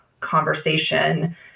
conversation